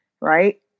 right